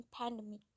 pandemic